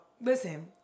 Listen